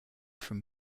from